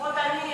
לפחות אני,